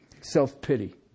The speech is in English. Self-pity